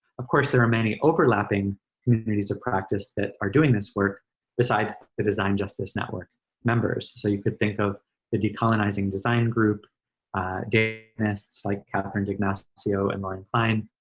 of course, there are many overlapping communities of practice that are doing this work besides the design justice network members. so you could think of the decolonizing design group day nests like katherine d'ignacio and lauren klein,